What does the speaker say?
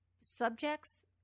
Subjects